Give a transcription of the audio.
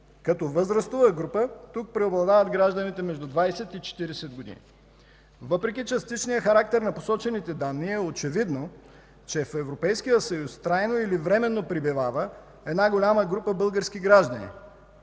Като възрастова група тук преобладават гражданите между 20 и 40 години. Въпреки частичния характер на посочените данни е очевидно, че в Европейския съюз трайно или временно пребивава една голяма група български граждани,